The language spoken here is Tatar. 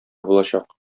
булачак